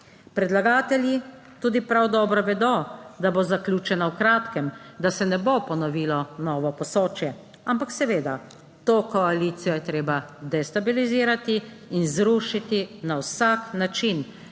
predlagatelji tudi prav dobro vedo, da bo zaključena v kratkem, da se ne bo ponovilo novo Posočje, ampak seveda to koalicijo je treba destabilizirati in zrušiti na vsak način